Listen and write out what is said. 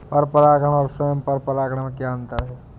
पर परागण और स्वयं परागण में क्या अंतर है?